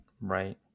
Right